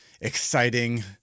exciting